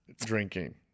drinking